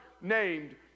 named